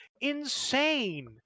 insane